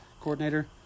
coordinator